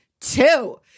two